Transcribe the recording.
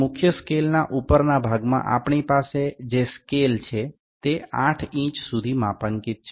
মূল স্কেলের উপরের দিকে আমদের যে স্কেলটিতে রয়েছি তা ৪ ইঞ্চি পর্যন্ত ক্রমাঙ্কন করা আছে